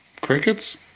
Crickets